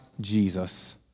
Jesus